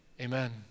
amen